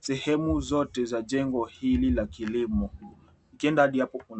sehemu zote za jengo hili la kilimo ukienda hadi hapo.